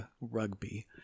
rugby